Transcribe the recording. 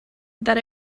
that